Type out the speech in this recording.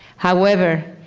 however,